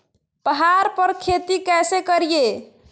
पहाड़ पर खेती कैसे करीये?